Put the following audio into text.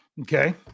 okay